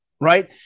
Right